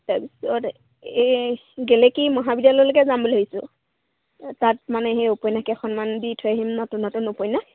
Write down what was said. তাৰ পিছত এই গেলেকী মহাবিদ্যালয়লৈকে যাম বুলি ভাবিছোঁ তাত মানে সেই উপন্যাস কেইখনমান দি থৈ আহিম নতুন নতুন উপন্যাস